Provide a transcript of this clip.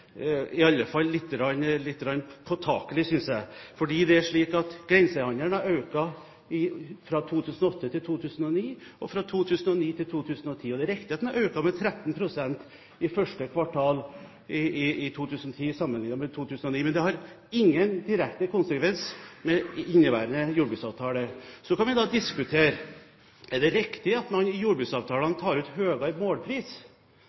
i alle fall litt påtakelig, synes jeg. Grensehandelen har økt fra 2008 til 2009 og fra 2009 til 2010. Det er riktig at den har økt med 13 pst. i første kvartal i 2010, sammenliknet med 2009. Men det er ingen direkte konsekvens av inneværende jordbruksavtale. Så kan vi da diskutere: Er det riktig at man i jordbruksavtalen tar ut høyere målpris,